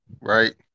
right